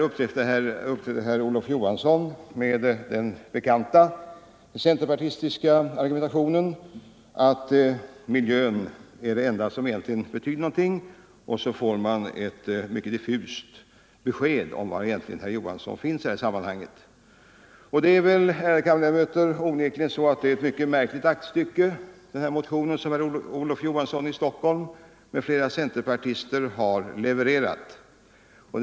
Slutligen uppträder herr Olof Johansson i Stockholm med den bekanta centerpartistiska argumentationen, att miljön är det enda som egentligen betyder någonting, och så får man ett mycket diffust besked om var herr Olof Johansson finns i sammanhanget. Ärade kammarledamöter! Den här motionen som herr Olof Johansson i Stockholm m.fl. centerpartister har levererat är onekligen ett mycket märkligt aktstycke.